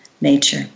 nature